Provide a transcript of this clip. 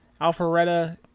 Alpharetta